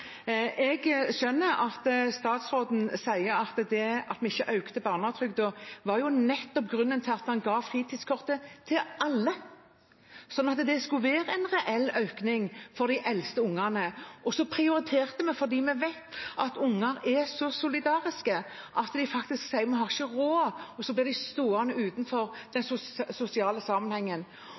Jeg skjønner at statsråden sier at det at vi ikke økte barnetrygden, var grunnen til at man ga fritidskortet til alle – sånn at det skulle være en reell økning for de eldste ungene. Vi prioriterte det fordi vi vet at unger er så solidariske at de faktisk sier at de ikke har råd, og så blir de stående utenfor den sosiale sammenhengen.